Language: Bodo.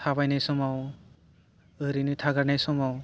थाबायनाय सामाव ओरैनो थागारनाय समाव